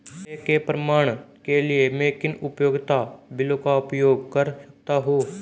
पते के प्रमाण के लिए मैं किन उपयोगिता बिलों का उपयोग कर सकता हूँ?